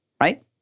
right